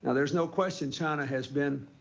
ah there's no question china has been.